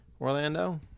Orlando